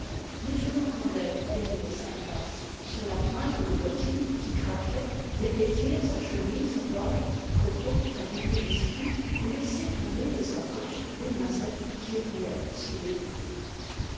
mais je l'entendais gagner sa place sur la pointe des bottines qui craquaient dévêtir sa chemise roide croquer un dernier biscuit ou laisser tomber de sa poche des noisettes qui roulaient sous les lits